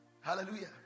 Hallelujah